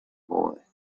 boy